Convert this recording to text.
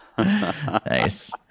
nice